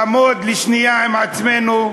לעמוד לשנייה עם עצמנו,